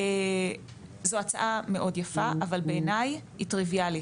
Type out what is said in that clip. זו הצעה מאוד יפה, אבל בעיניי היא טריוויאלית,